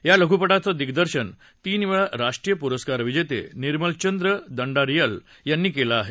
या लघुपटाची दिग्दर्शन तीन वेळा राष्ट्रीय पुरस्कार विजेते निर्मल चंद्र दंडारीयल यांनी केलं आहे